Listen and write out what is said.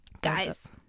Guys